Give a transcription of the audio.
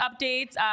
updates